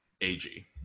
ag